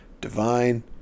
Divine